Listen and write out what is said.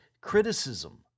criticism